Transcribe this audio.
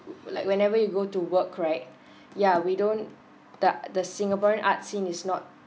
like whenever you go to work right yeah we don't th~ the singaporean arts scene is not